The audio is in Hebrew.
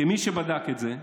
אני אומר לך, כמי שבדק את זה,